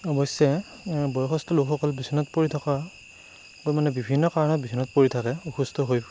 অৱশ্যে বয়সস্থ লোকসকল বিছনাত পৰি থকা মানে বিভিন্ন কাৰণত বিছনাত পৰি থাকে অসুস্থ হৈ